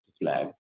flag